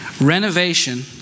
Renovation